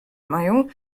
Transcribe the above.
mają